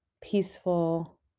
peaceful